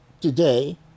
today